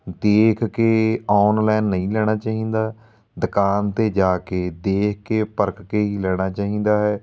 ਦੇਖ ਕੇ ਔਨਲਾਈਨ ਨਹੀਂ ਲੈਣਾ ਚਾਹੀਦਾ ਦੁਕਾਨ 'ਤੇ ਜਾ ਕੇ ਦੇਖ ਕੇ ਪਰਖ ਕੇ ਹੀ ਲੈਣਾ ਚਾਹੀਦਾ ਹੈ